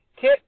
Kit